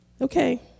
Okay